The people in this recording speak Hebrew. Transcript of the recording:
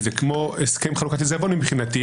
זה כמו הסכם חלוקת עיזבון מבחינתי.